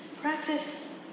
practice